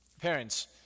Parents